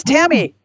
Tammy